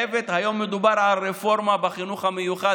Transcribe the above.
היום מדובר על רפורמה בחינוך המיוחד.